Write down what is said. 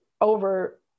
over